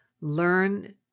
Learn